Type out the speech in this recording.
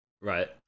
Right